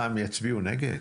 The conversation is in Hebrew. הם יצביעו נגד?